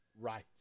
right